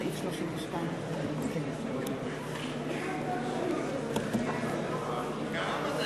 הסתייגות 76 לסעיף 32. בעד